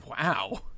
Wow